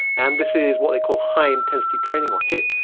and this is what they call high-intensity training or hit.